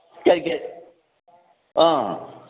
ꯌꯥꯏ ꯌꯥꯏ ꯑ